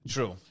True